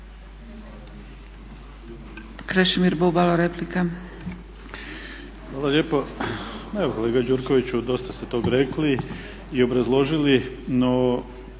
Hvala